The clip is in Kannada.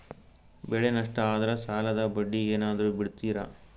ಬೆಳೆ ನಷ್ಟ ಆದ್ರ ಸಾಲದ ಬಡ್ಡಿ ಏನಾದ್ರು ಬಿಡ್ತಿರಾ?